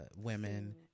women